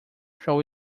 shall